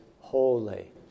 Holy